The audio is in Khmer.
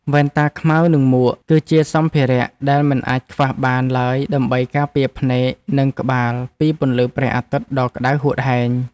វ៉ែនតាខ្មៅនិងមួក គឺជាសម្ភារៈដែលមិនអាចខ្វះបានឡើយដើម្បីការពារភ្នែកនិងក្បាលពីពន្លឺព្រះអាទិត្យដ៏ក្តៅហួតហែង។